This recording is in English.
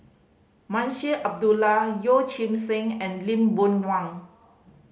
Munshi Abdullah Yeoh Ghim Seng and Lee Boon Wang